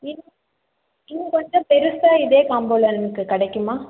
இன் இன்னும் கொஞ்சம் பெருசாக இதே காம்போவில் எனக்கு கிடைக்குமா